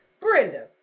Brenda